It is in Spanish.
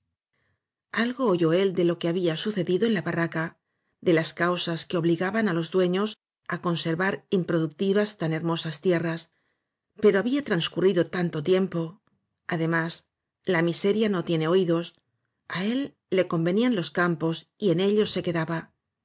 algo oyó él de lo que había sucedido en la barraca de las causas que obligaban á los due ños á conservar inproductivas tan hermosas tierras pero había transcurrido tanto tiempo además la miseria no tiene oídos á él le con venían los campos y en ellos se quedaba